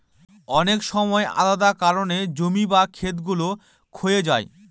অনেক সময় আলাদা কারনে জমি বা খেত গুলো ক্ষয়ে যায়